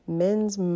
men's